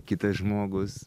kitas žmogus